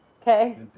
Okay